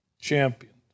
championed